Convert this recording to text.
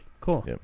cool